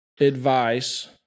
advice